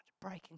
breaking